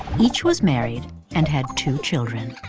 each was married and had two children.